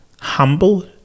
humble